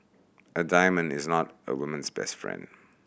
a diamond is not a woman's best friend